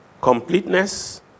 completeness